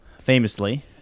Famously